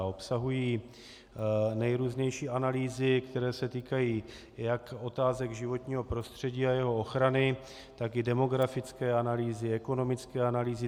Obsahují nejrůznější analýzy, které se týkají jak otázek životního prostředí a jeho ochrany, tak demografické analýzy, ekonomické analýzy.